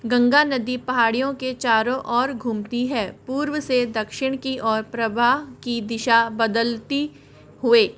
गंगा नदी पहाड़ियों के चारों और घूमती है पूर्व से दक्षिण की और प्रवाह की दिशा बदलते हुए